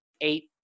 eight